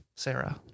Sarah